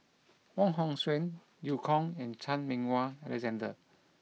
Wong Hong Suen Eu Kong and Chan Meng Wah Alexander